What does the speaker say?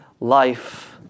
life